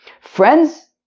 friends